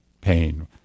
pain